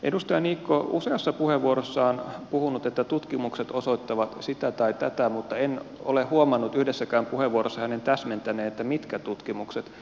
edustaja niikko on useassa puheenvuorossaan puhunut että tutkimukset osoittavat sitä tai tätä mutta en ole huomannut yhdessäkään puheenvuorossa hänen täsmentäneen mitkä tutkimukset